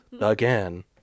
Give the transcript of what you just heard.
again